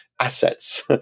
assets